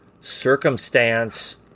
circumstance